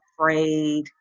afraid